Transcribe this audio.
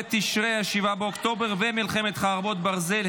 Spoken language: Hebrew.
בתשרי (ה-7 באוקטובר) ומלחמת חרבות ברזל,